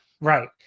Right